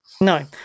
No